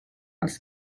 els